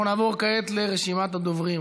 אנחנו נעבור כעת לרשימת הדוברים.